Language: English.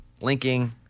linking